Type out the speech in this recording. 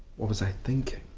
what was i thinking?